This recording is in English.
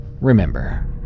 Remember